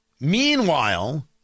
Meanwhile